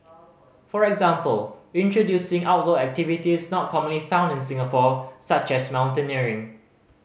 for example introducing outdoor activities not commonly found in Singapore such as mountaineering